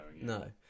No